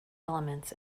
elements